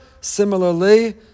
Similarly